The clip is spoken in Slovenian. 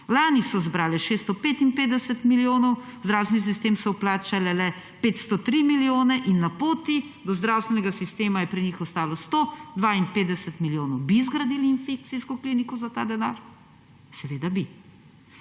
Lani so zbrale 655 milijonov, v zdravstveni sistem so vplačale le 503 milijone in na poti do zdravstvenega sistema je pri njih ostalo 152 milijonov. Bi zgradili infekcijsko kliniko za ta denar? Seveda bi.